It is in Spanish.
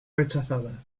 rechazada